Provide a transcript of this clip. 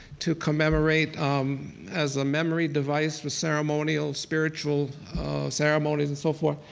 to commemorate um as a memory device for ceremonial, spiritual ceremonies and so forth.